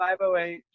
508